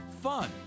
fun